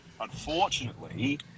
Unfortunately